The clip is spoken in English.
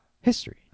History